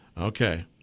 Okay